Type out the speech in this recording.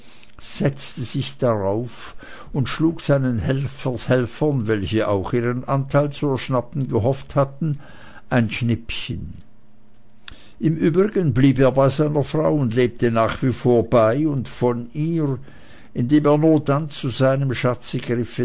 setzte sich darauf und schlug seinen helfershelfern welche auch ihren anteil zu erschnappen gehofft hatten ein schnippchen im übrigen blieb er bei seiner frau und lebte nach wie vor bei und von ihr indem er nur dann zu seinem schatze